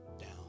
down